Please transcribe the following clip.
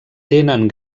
tenen